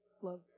love